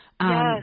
Yes